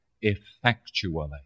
effectually